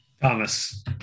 Thomas